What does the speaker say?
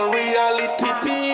reality